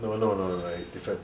no no no no no it's different